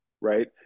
right